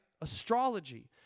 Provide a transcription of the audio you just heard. Astrology